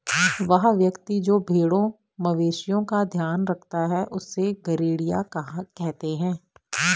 वह व्यक्ति जो भेड़ों मवेशिओं का ध्यान रखता है उससे गरेड़िया कहते हैं